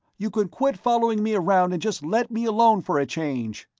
you can quit following me around and just let me alone for a change!